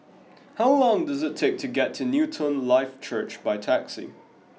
how long does it take to get to Newton Life Church by taxi